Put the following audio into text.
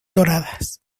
doradas